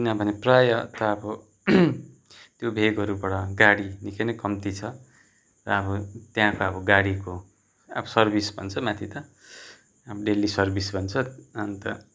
किनभने प्रायः त अब त्यो भेगहरूबाड गाडी निक्कै नै कम्ती छ र अब त्यहाँको अब गाडीको अब सर्भिस भन्छ माथि त अब डेली सर्भिस भन्छ अन्त